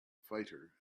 fighter